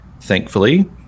thankfully